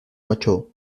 macho